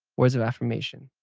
words of affirmation.